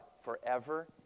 forever